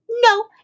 no